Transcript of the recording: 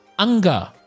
Anger